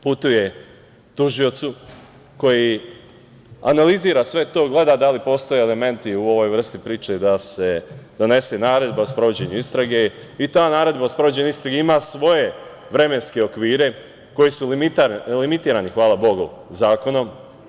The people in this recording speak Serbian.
Putuje tužiocu koji analizira sve to, gleda da li postoje elementi u ovoj vrsti priče da se donese naredba o sprovođenju istrage i ta naredba o sprovođenju istrage ima svoje vremenske okvire koji su limitirani, hvala Bogu, zakonom.